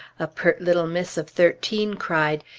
a pert little miss of thirteen cried,